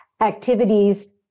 activities